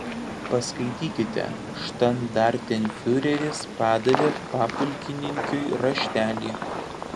paskaitykite štandartenfiureris padavė papulkininkiui raštelį